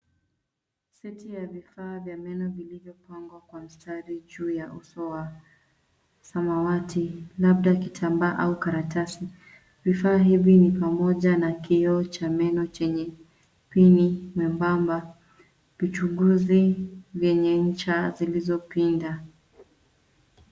Seti ya vifaa vya meno vilivyopangwa kwa mstari juu ya uso wa samawati, labda kitambaa au karatasi. Vifaa hivi ni pamoja na kioo cha meno chenye pini mwembamba, vichunguzi vyenye ncha zilizopinda.